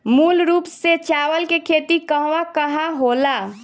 मूल रूप से चावल के खेती कहवा कहा होला?